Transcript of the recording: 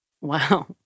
Wow